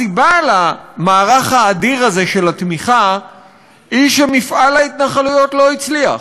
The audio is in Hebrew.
הסיבה למערך האדיר הזה של התמיכה היא שמפעל ההתנחלויות לא הצליח.